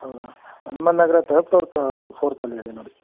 ಹೌದಾ Hanumantha Nagar third fourth ಫೋರ್ಥಲ್ಲಿ ಇದೆ ನೋಡಿ